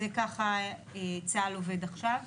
ככה צה"ל עובד עכשיו.